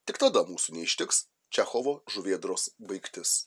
tik tada mūsų neištiks čechovo žuvėdros baigtis